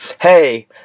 Hey